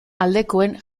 aldekoen